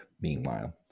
meanwhile